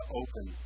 open